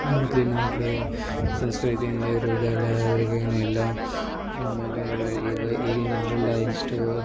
ಮೊದ್ಲಿನ ಹಾಗೆ ಸಂಸ್ಕೃತಿಯಿಂದ ಇರುವುದೆಲ್ಲ ಅವ್ರಿಗ ಏನೂ ಇಲ್ಲ ಆಮೇಲೆ ಈಗ ಈಗಿನ ಜನರೆಲ್ಲ ಇಷ್ಟು